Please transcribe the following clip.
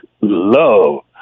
love